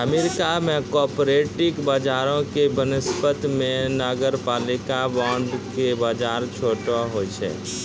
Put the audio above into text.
America मे corporate बजारो के वनिस्पत मे नगरपालिका बांड के बजार छोटो होय छै